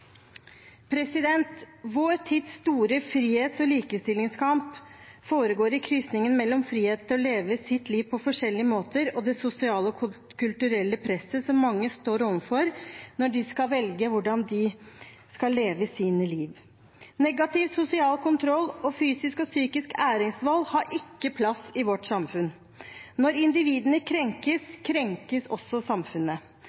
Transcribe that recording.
Vår tids store frihets- og likestillingskamp foregår i krysningen mellom frihet til å leve sitt liv på forskjellige måter og det sosiale og kulturelle presset som mange står overfor når de skal velge hvordan de skal leve sitt liv. Negativ sosial kontroll og fysisk og psykisk æresvold har ikke plass i vårt samfunn. Når individene